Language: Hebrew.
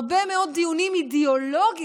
הרבה מאוד דיונים אידיאולוגיים